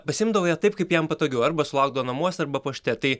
pasiimdavo ją taip kaip jam patogiau arba sulaukdavo namuose arba pašte tai